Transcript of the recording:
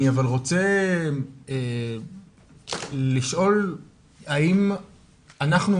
ואני רוצה לשאול האם אנחנו,